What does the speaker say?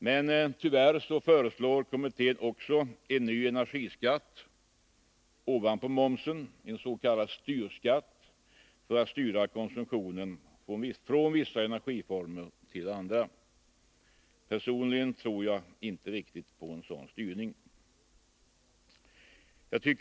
Men tyvärr föreslår kommittén också en ny energiskatt ovanpå momsen, en s.k. styrskatt för att styra konsumtionen från vissa energiformer till andra. Personligen tror jag inte riktigt på en sådan styrning.